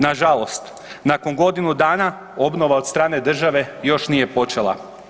Nažalost, nakon godinu dana obnova od strane države još nije počela.